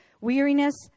weariness